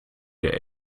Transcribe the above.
der